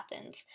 Athens